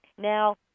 Now